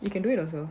you can do it also